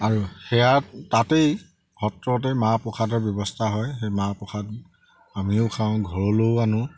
আৰু সেয়া তাতেই সত্ৰতে মাহ প্ৰসাদৰ ব্যৱস্থা হয় সেই মাহ প্ৰসাদ আমিও খাওঁ ঘৰলৈও আনো